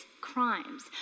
crimes